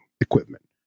equipment